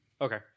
Okay